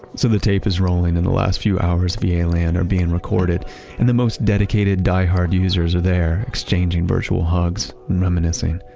so, the tape is rolling and the last few hours of ea-land are being recorded and the most dedicated die-hard users are there exchanging virtual hugs, reminiscing.